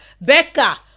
Becca